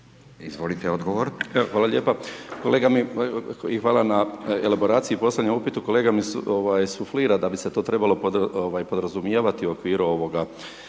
Zdravko** Hvala lijepo. I hvala na elaboraciji i postavljanju upitu, kolega mi suflira da bi se to trebalo podrazumijevati u okviru ovoga